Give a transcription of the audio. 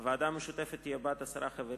הוועדה המשותפת תהיה בת עשרה חברים,